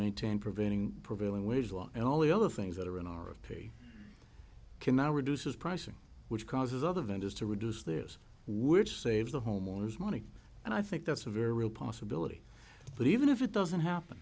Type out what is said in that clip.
maintain preventing prevailing wage law and all the other things that are and are of pay cannot reduces pricing which causes other vendors to reduce theirs which saves the homeowners money and i think that's a very real possibility but even if it doesn't happen